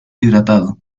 hidratado